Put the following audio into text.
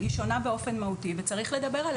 היא שונה באופן מהותי וצריך לדבר עליה.